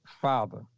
father